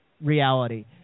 reality